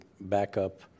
backup